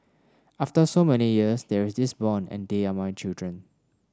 after so many years there is this bond they are my children